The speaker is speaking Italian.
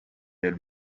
del